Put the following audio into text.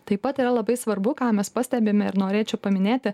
taip pat yra labai svarbu ką mes pastebime ir norėčiau paminėti